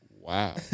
Wow